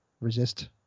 resist